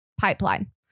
Pipeline